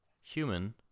human